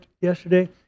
yesterday